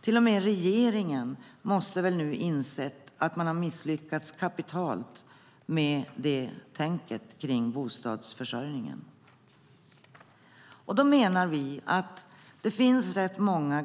Till och med regeringen måste väl inse att man har misslyckats kapitalt när det gäller bostadsförsörjningen. Det finns många